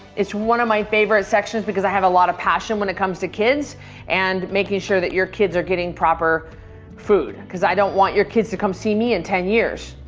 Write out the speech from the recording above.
it's one of my favorite sections because i have a lot of passion when it comes to kids and making sure that your kids are getting proper food. cause i don't want your kids to come see me in ten years.